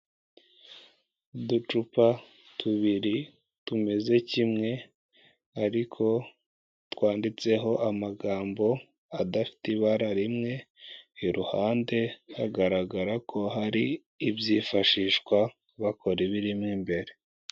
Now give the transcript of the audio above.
Uducupa tubiri tumeze kimwe, ariko twanditseho amagambo adafite ibara rimwe, iruhande hagaragara ko hari ibyifashishwa bakora ibirimo imbere.